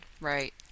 Right